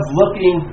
looking